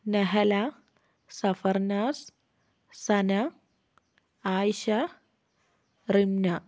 Nahla Safarnaz Sana Ayisha Rimna